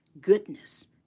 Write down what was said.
goodness